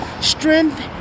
strength